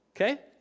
Okay